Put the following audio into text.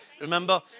Remember